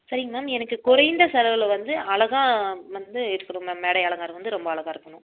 சரிங்க மேம் எனக்கு குறைந்த செலவில் வந்து அழகா வந்து இருக்கணும் மேம் மேடை அலங்காரம் வந்து ரொம்ப அழகா இருக்கணும்